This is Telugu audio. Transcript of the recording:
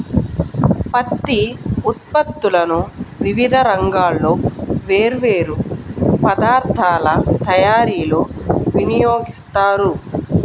పత్తి ఉత్పత్తులను వివిధ రంగాల్లో వేర్వేరు పదార్ధాల తయారీలో వినియోగిస్తారు